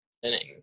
inning